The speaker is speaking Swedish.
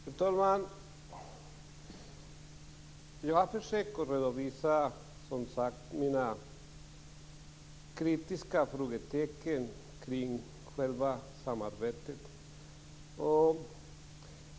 Herr talman! Jag har som sagt försökt redovisa mina kritiska frågetecken kring själva samarbetet.